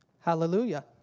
Hallelujah